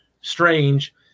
strange